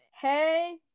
Hey